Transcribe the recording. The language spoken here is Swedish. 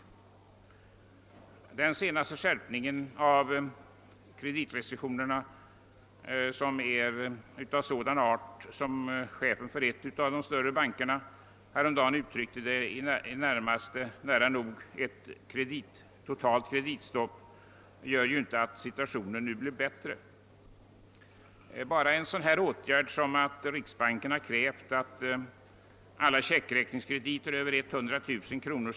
Och den senaste skärpningen av kreditrestriktionerna, som chefen för en av de större bankerna häromdagen betecknade som nära nog ett totalt kreditstopp, gör inte situationen bättre. Bara en sådan åtgärd som att riksbanken har krävt att alla checkräkningskrediter över 100 000 kr.